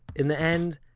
in the end,